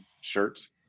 shirts